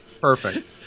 perfect